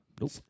Nope